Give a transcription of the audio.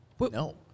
no